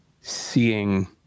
seeing